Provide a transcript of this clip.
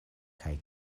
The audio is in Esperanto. kaj